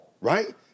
Right